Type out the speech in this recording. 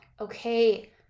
okay